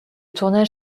tournage